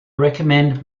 recommend